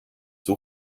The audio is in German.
meta